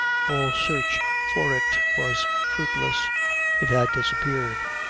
all search for it was fruitless it had disappeared.